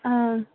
ꯑꯥ